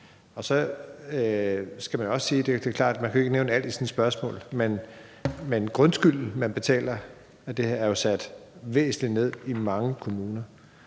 også sige, at det er klart, at man jo ikke kan nævne alt i sådan et spørgsmål. Men grundskylden, man betaler af det her, er jo sat væsentligt ned i mange kommuner.